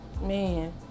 Man